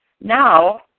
Now